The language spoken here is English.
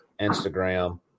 Instagram